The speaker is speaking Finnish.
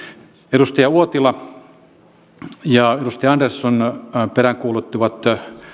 edustaja uotila ja edustaja andersson peräänkuuluttivat